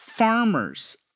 Farmers